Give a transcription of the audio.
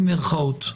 במירכאות.